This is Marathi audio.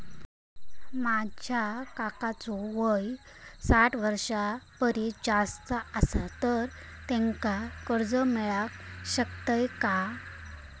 माझ्या काकांचो वय साठ वर्षां परिस जास्त आसा तर त्यांका कर्जा मेळाक शकतय काय?